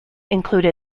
include